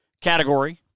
category